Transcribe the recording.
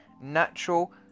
natural